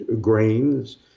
grains